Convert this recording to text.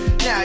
Now